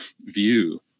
view